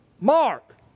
Mark